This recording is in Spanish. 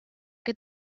que